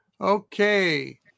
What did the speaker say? Okay